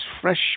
fresh